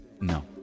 No